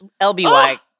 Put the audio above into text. LBY